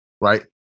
right